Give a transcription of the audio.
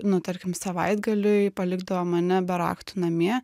nu tarkim savaitgaliui palikdavo mane be raktų namie